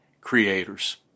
creators